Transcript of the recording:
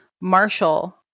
Marshall